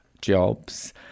jobs